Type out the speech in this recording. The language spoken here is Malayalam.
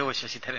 ഒ ശശിധരൻ